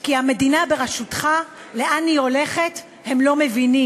כי המדינה בראשותך, לאן היא הולכת, הם לא מבינים.